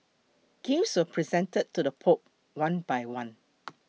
gifts were presented to the Pope one by one